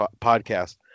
podcast